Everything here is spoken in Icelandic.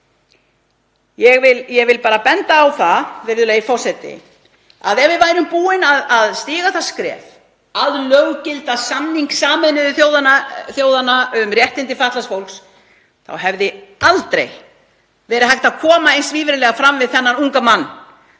Ég vil bara benda á það, virðulegi forseti, að ef við værum búin að stíga það skref að löggilda samning Sameinuðu þjóðanna um réttindi fatlaðs fólks þá hefði aldrei verið hægt að koma eins svívirðilega fram við þennan unga mann,